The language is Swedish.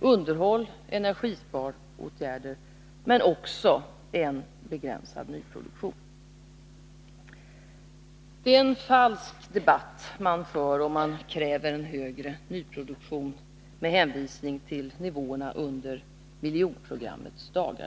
underhåll och energisparåtgärder, men också en begränsad nyproduktion. Det är en falsk debatt som man för, om man kräver en högre nyproduktion med hänvisning till nivåerna under miljonprogrammets dagar.